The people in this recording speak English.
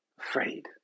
afraid